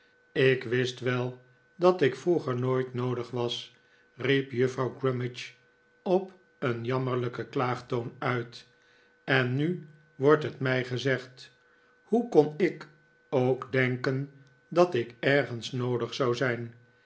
ik wist wel dat ik vroeger nooit noodig was riep juffrouw gummidge op een jammerlijken klaagtoon uit en nu wordt het mij gezegd hoe kon ik ook denken dat ik ergens noodig zou zijn